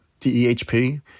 DEHP